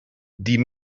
die